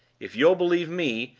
if you'll believe me,